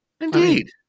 Indeed